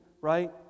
right